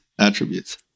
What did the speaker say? attributes